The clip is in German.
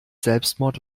selbstmord